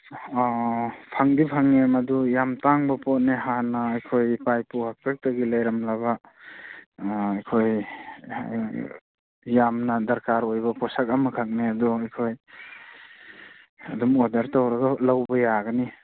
ꯑꯥ ꯑꯥ ꯑꯥ ꯐꯪꯗꯤ ꯐꯪꯉꯦ ꯃꯗꯨ ꯌꯥꯝ ꯇꯥꯡꯕ ꯄꯣꯠꯅꯦ ꯍꯥꯟꯅ ꯑꯩꯈꯣꯏ ꯏꯄꯥ ꯏꯄꯨ ꯍꯥꯛꯇꯛꯇꯒꯤ ꯂꯩꯔꯝꯂꯕ ꯑꯩꯈꯣꯏ ꯌꯥꯝꯅ ꯗꯔꯀꯥꯔ ꯑꯣꯏꯕ ꯄꯣꯠꯁꯛ ꯑꯃꯈꯛꯅꯦ ꯑꯗꯣ ꯑꯩꯈꯣꯏ ꯑꯗꯨꯝ ꯑꯣꯔꯗꯔ ꯇꯧꯔꯒ ꯂꯧꯕ ꯌꯥꯒꯅꯤ